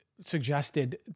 suggested